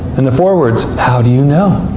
and the four words how do you know?